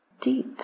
deep